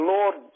Lord